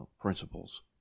principles